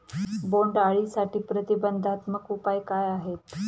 बोंडअळीसाठी प्रतिबंधात्मक उपाय काय आहेत?